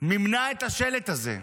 מימנה את השלט הזה.